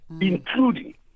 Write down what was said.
including